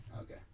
okay